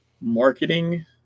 marketing